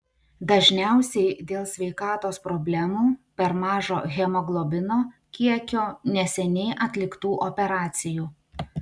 dažniausiai dėl sveikatos problemų per mažo hemoglobino kiekio neseniai atliktų operacijų